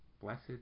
Blessed